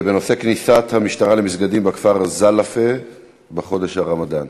בנושא: כניסת המשטרה למסגדים בכפר זלפה בחודש הרמדאן.